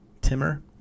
Timmer